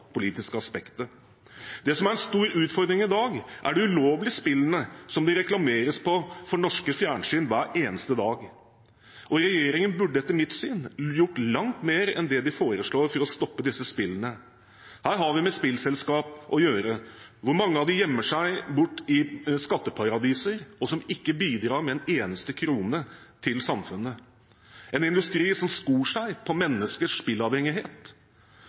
Det som er en stor utfordring i dag, er de ulovlige spillene som det reklameres for på norske fjernsyn hver eneste dag. Regjeringen burde etter mitt syn gjort langt mer enn det de foreslår for å stoppe disse spillene. Her har vi med spillselskap å gjøre hvor mange av dem gjemmer seg bort i skatteparadiser og ikke bidrar med en eneste krone til samfunnet, en industri som skor seg på menneskers spillavhengighet.